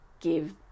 give